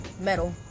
metal